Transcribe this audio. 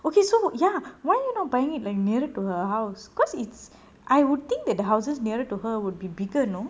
okay so ya why you not buying it like nearer to her house cause it's I would think that the houses nearer to her would be bigger you know